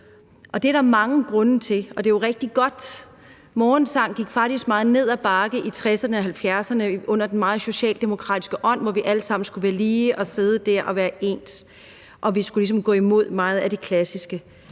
Det er der mange grunde til, og det er jo rigtig godt. Morgensang gik faktisk meget ned ad bakke i 1960'erne og 1970'erne under den meget socialdemokratiske ånd, hvor vi alle sammen skulle være lige og sidde der og være ens, og vi skulle ligesom gå imod meget af det klassiske.